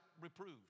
reproved